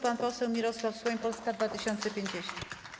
Pan poseł Mirosław Suchoń, Polska 2050.